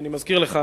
אני מזכיר לך,